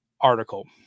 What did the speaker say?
article